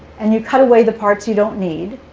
and you cut away the parts you don't need,